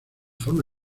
forma